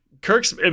Kirk's